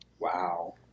Wow